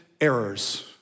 errors